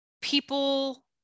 people